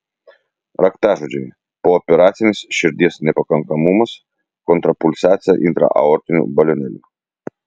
raktažodžiai pooperacinis širdies nepakankamumas kontrapulsacija intraaortiniu balionėliu